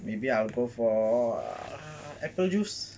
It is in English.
maybe I'll go for err apple juice